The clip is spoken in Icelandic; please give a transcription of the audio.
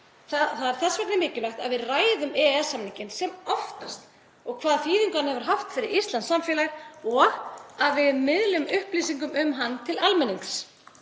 Þess vegna er mikilvægt að við ræðum EES-samninginn sem oftast og hvaða þýðingu hann hefur haft fyrir íslenskt samfélag og að við miðlum upplýsingum um hann til almennings.